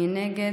מי נגד?